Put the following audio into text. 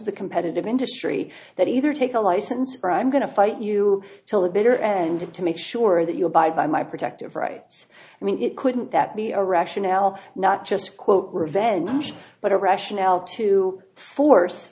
the competitive industry that either take a license or i'm going to fight you till the bitter end to make sure that you abide by my protective rights i mean it couldn't that be a rational not just quote revenge but a rationale to force